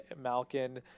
Malkin